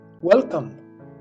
Welcome